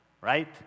Right